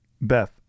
Beth